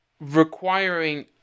requiring